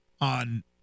on